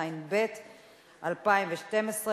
התשע"ב 2012,